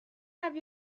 have